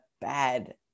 bad